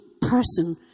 person